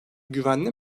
güvenli